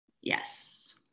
Yes